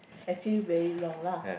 actually very long lah